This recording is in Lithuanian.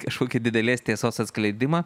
kažkokį didelės tiesos atskleidimą